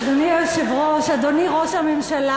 אדוני היושב-ראש, אדוני ראש הממשלה,